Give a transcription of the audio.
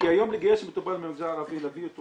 כיום לגייס מטופל מהמגזר הערבי להביא אותו